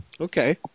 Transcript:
Okay